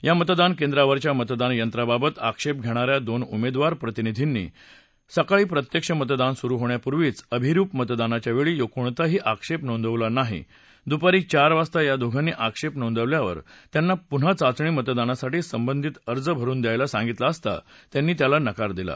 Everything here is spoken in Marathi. या मतदान केंद्रावरच्या मतदान यंत्राबाबत आक्षेप घेणाऱ्या दोन उमेदवार प्रतिनिधींनी सकाळी प्रत्यक्ष मतदान सुरू होण्यापूर्वीच्या अभिरुप मतदानावेळी कोणताही आक्षेप नोंदवला नाही दुपारी चार वाजता या दोघांनी आक्षेप नोंदवल्यावर त्यांना पुन्हा चाचणी मतदानासाठी संबंधित अर्ज भरून द्यायला सांगितलं असता त्यांनी त्याला नकार दिला